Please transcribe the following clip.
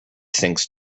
sinks